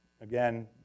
again